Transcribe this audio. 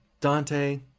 Dante